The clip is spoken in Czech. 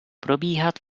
probíhat